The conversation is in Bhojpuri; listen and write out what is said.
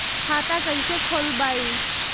खाता कईसे खोलबाइ?